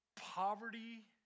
poverty